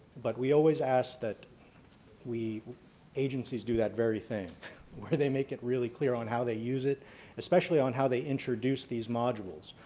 but we always ask that agencies do that very thing where they make it really clear on how they use it especially on how they introduce these modules.